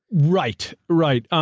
right. right. um